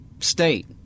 state